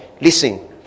listen